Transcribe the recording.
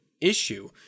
issue